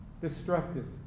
destructive